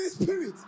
spirit